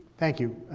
thank you.